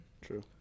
True